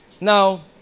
Now